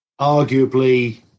Arguably